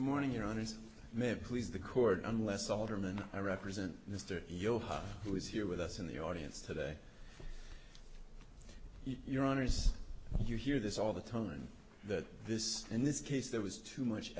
good morning your honest man who is the court unless alderman i represent mr johan who is here with us in the audience today your honour's you hear this all the time that this in this case there was too much